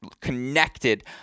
connected